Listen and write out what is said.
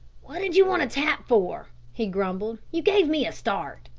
what did you want to tap for? he grumbled. you gave me a start.